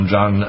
John